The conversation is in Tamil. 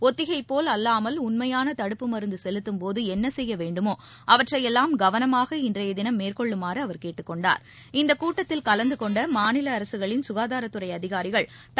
ஒத்திகை போல் அல்லாமல் உண்மையான தடுப்பு மருந்து செலுத்தும்போது என்ன செய்ய வேண்டுமோ அவற்றையெல்லாம் கவனமாக இன்றைய தினம் மேற்கொள்ளுமாறு அவர் கேட்டுக் இந்தக் கூட்டத்தில் கலந்து கொண்ட மாநில அரசுகளின் க்காதாரத்துறை அதிகாரிகள் கொண்டார்